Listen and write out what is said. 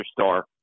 star